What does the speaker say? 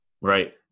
Right